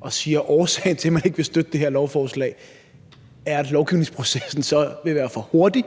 og siger, at årsagen til, at man ikke vil støtte det her beslutningsforslag, er, at lovgivningsprocessen så vil være for hurtig?